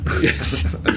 Yes